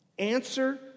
Answer